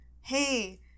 hey